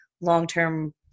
long-term